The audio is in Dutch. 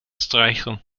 stijgen